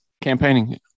campaigning